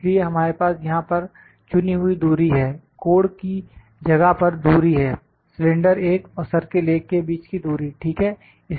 इसलिए हमारे पास यहां पर चुनी हुई दूरी है कोण की जगह पर दूरी है सिलेंडर 1 और सर्किल 1 के बीच की दूरी ठीक है